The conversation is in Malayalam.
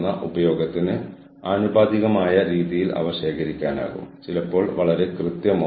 അതിനാൽ നിങ്ങൾ പറയുന്നു എന്തുകൊണ്ടാണ് ഈ ആളുകൾക്ക് പരസ്പരം സംസാരിച്ച് കൃത്യമായി എന്താണ് പ്രതീക്ഷിക്കുന്നതെന്ന് ഞങ്ങളെ അറിയിക്കാൻ കഴിയാത്തത്